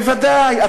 בוודאי.